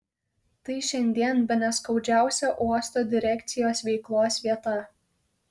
tai šiandien bene skaudžiausia uosto direkcijos veiklos vieta